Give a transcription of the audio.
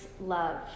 love